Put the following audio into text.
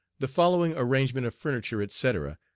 the following arrangement of furniture, etc,